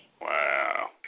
Wow